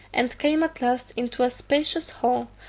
and came at last into a spacious hall,